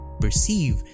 perceive